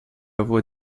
voie